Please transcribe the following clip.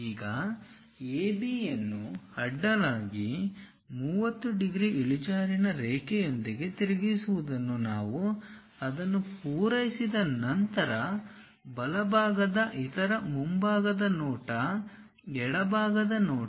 ಈಗ AB ಯನ್ನು ಅಡ್ಡಲಾಗಿ 30 ಡಿಗ್ರಿ ಇಳಿಜಾರಿನ ರೇಖೆಯೊಂದಿಗೆ ತಿರುಗಿಸುವುದನ್ನು ನಾವು ಅದನ್ನು ಪೂರೈಸಿದ ನಂತರ ಬಲಭಾಗದ ಇತರ ಮುಂಭಾಗದ ನೋಟ ಎಡಭಾಗದ ನೋಟ